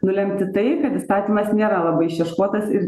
nulemti tai kad įstatymas nėra labai šiurkštokas ir